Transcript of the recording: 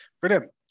brilliant